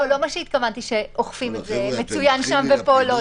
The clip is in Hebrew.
לא התכוונתי ששם אוכפים את זה מצוין ופה לא.